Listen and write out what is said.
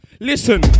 listen